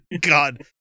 God